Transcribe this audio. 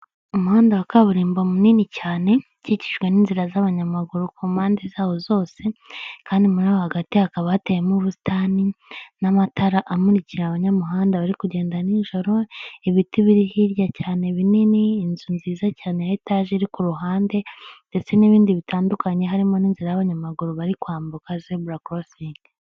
Umuhanda wa kaburimbo munini cyane, ukikijwe n'inzira z'abanyamaguru ku mpande zawo zose, kandi muri aho hagati hakaba hateyemo ubusitani n'amatara amurikira abanyamuhanda bari kugenda nijoro, ibiti biri hirya cyane binini, inzu nziza cyane ya etaje iri ku ruhande ndetse n'ibindi bitandukanye, harimo n'inzira y'abanyamaguru bari kwambuka zebura korosingi.